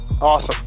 Awesome